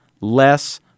less